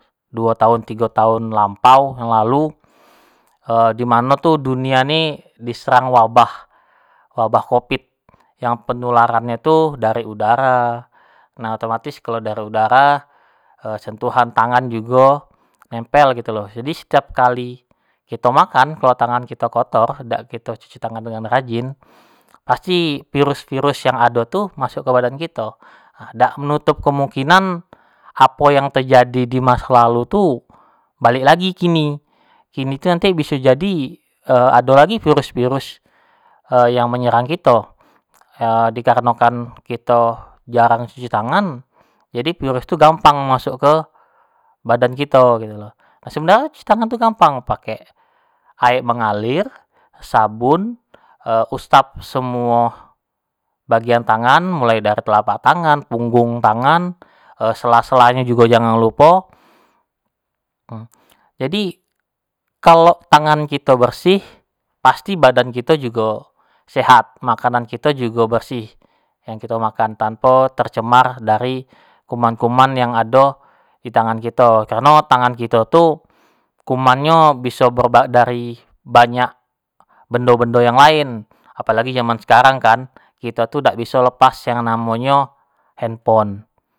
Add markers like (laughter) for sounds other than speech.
Duo tahun tigo tahun lampau yang lalu, dimano tu dunia ini diserang wabah, wabah covid yang penularannyo tu dari udara, nah otomatis kalo dari udara, (hesitation) sentuhan tangan jugo nempel gitu lo, jadi setiap kali kito makan, kalo tangan kito kotor dak kito cuci tangan dengan rajin pasti virus-virus yang ado tu masuk kebadan kito dak menutup kemungkinan. apo yang terjadi di maso lalu tu, balik lagi kini, kini tu nanti biso jadi, (hesitation) ado lagi virus-virus (hesitation) yang menyerang kito (hesitation) dikarenokan kito jarang nyuci tangan jadi virus tu gampang masuk ke badan kito gitu, sebenarnyo sekarang gampang, pake air mengalir, sabun, (hesitation) usap semuo bagian tangan, mulai dari telepak tangan, punggung tangan, sela-sela nyo jugo jangan lupo, jadi kalo tangan kito bersih pasti badan kito jugo sehat. makanan kito jugo bersih yang kito makan, tanpo tercemar dari kuman-kuman yang ado ditangan kito, kareno ditangan kito tu kumannyo tu bisa dari ber banyak bendo-bendo yang lain, apolagi zaman sekarang kan kito tu dak biso lepas dari namo nyo handphone.